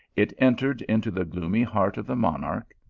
it entered into the gloomy heart of the monarch.